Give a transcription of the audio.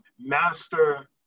Master